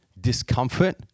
discomfort